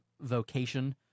vocation